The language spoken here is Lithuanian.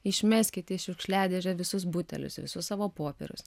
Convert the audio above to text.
išmeskit į šiukšliadėžę visus butelius visus savo popierius